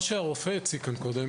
מה שהרופא הציג כאן קודם